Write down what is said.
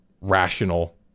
rational